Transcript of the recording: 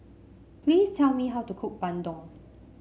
please tell me how to cook bandung